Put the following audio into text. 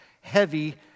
heavy